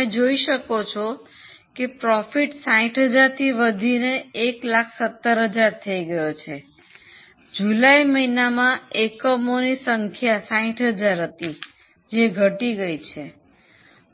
તમે જોઈ શકો છો કે નફો 60000 થી વધીને 117000 થઈ ગયો છે જુલાઈ મહિનામાં એકમોની સંખ્યા 60000 હતી જે ઘટી ગયી છે